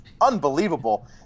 unbelievable